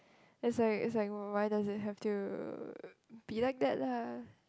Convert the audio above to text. it's like it's like why it have to be like that lah